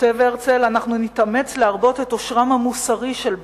כותב הרצל: אנחנו נתאמץ להרבות את אושרם המוסרי של בנינו,